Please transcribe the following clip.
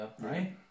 right